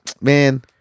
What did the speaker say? Man